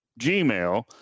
Gmail